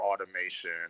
automation